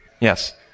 Yes